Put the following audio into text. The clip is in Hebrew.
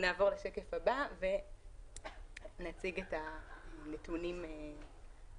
נעבור לשקף הבא ונציג את הנתונים המרכזיים.